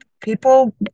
people